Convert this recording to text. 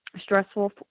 stressful